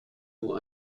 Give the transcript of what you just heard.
nur